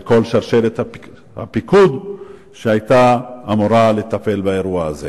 וכן כל שרשרת הפיקוד שהיתה אמורה לטפל באירוע הזה.